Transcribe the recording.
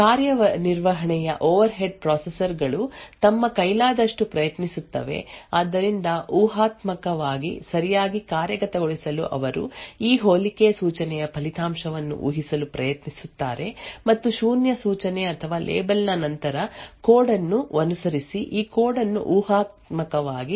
ಕಾರ್ಯನಿರ್ವಹಣೆಯ overhead processor ಗಳು ತಮ್ಮ ಕೈಲಾದಷ್ಟು ಪ್ರಯತ್ನಿಸುತ್ತವೆ ಆದ್ದರಿಂದ ಊಹಾತ್ಮಕವಾಗಿ ಸರಿಯಾಗಿ ಕಾರ್ಯಗತಗೊಳಿಸಲು ಅವರು ಈ ಹೋಲಿಕೆ ಸೂಚನೆಯ ಫಲಿತಾಂಶವನ್ನು ಊಹಿಸಲು ಪ್ರಯತ್ನಿಸುತ್ತಾರೆ ಮತ್ತು ಶೂನ್ಯ ಸೂಚನೆ ಅಥವಾ ಲೇಬಲ್ ನ ನಂತರ ಕೋಡ್ ಅನ್ನು ಅನುಸರಿಸಿ ಈ ಕೋಡ್ ಅನ್ನು ಊಹಾತ್ಮಕವಾಗಿ ಕಾರ್ಯಗತಗೊಳಿಸಲು ಪ್ರಯತ್ನಿಸುತ್ತಾರೆ